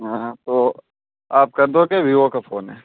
हाँ तो आप कर दोगे वीवो का फ़ोन है